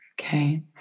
Okay